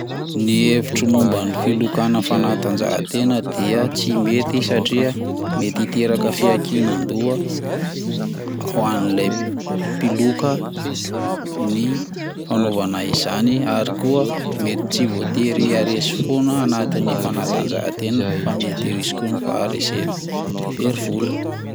Ny hevitro momban'ny filokana fanatanjahantena dia tsy mety satria mety hiteraka fiakinan-doha ho any ilay mpiloka ny fanaovana izany ary koa mety tsy voatery aharesy foana anatin'ny fanatanjahantena fa mety hisy koa faharesena de very vola.